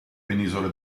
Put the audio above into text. penisola